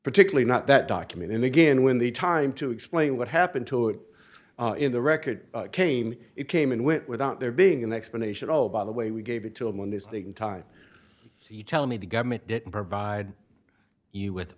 particularly not that document and again when the time to explain what happened to it in the record came it came and went without there being an explanation oh by the way we gave it to him when this thing time you tell me the government didn't provide you with